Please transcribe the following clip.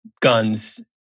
guns